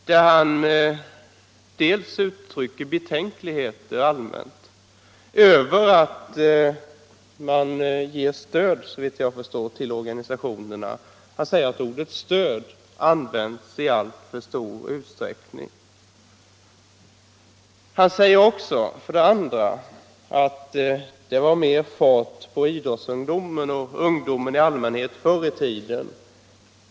Han uttryckte där såvitt jag förstår för det första allmänt betänkligheter mot att man ger stöd till organisationerna. Han sade att ordet ”stöd” används i alltför stor utsträckning. Han sade för det andra att det var mer fart på idrottsungdomen och ungdomen i allmänhet förr i tiden.